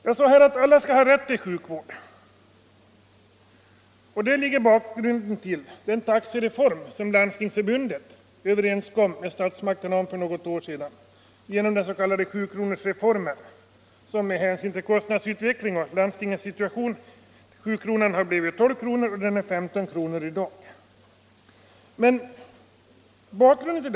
Jag sade nyss att alla skall ha rätt till sjukvård, och detta är bakgrunden till den taxereform som Landstingsförbundet för några år sedan träffade överenskommelse med statsmakterna om, den s.k. 7-kronorsreformen. På grund av kostnadsutvecklingen och landstingens situation i övrigt blev 7-kronan 12 kronor, och avgiften är i dag uppe i 15 kronor.